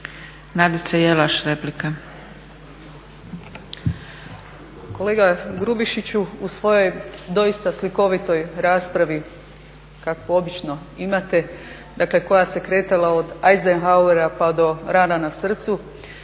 Nadica Jelaš, replika.